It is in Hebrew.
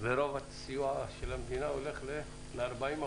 ורוב הסיוע של המדינה הולך ל-40%